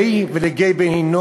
אחריו, רובי ריבלין,